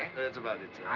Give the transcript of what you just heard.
that's about it,